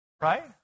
right